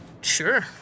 Sure